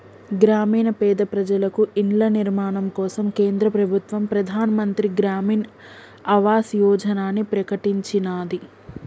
గ్రామీణ పేద ప్రజలకు ఇళ్ల నిర్మాణం కోసం కేంద్ర ప్రభుత్వం ప్రధాన్ మంత్రి గ్రామీన్ ఆవాస్ యోజనని ప్రకటించినాది